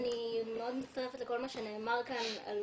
אני מאוד מצטרפת לכל מה שנאמר כאן על